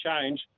change